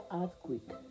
earthquake